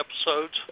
episodes